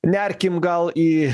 nerkim gal į